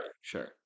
Sure